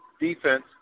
defense